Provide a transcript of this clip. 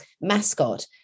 mascot